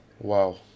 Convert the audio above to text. Wow